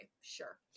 sure